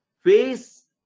face